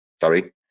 sorry